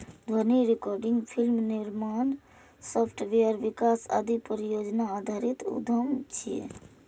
ध्वनि recording, film निर्माण, software विकास आदि परियोजना आधारित उद्यम छियै